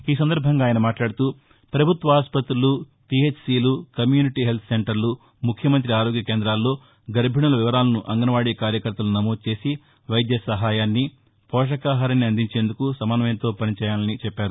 ఈ సందర్బంగా ఆయన మాట్లాదుతూప్రభుత్వ ఆసుపత్రులు పీహెచ్సీలు కమ్యూనిటీ హెల్త్ సెంటర్లు ముఖ్యమంతి ఆరోగ్య కేంద్రాల్లో గర్బిణుల వివరాలను అంగన్వాడీ కార్యకర్తలు నమోదు చేసి వైద్య సహాయాన్ని పోషకాహారాన్ని అందించేందుకు సమన్వయంతో పనిచేయాలని చెప్పారు